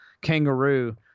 kangaroo